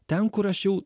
ten kur aš jau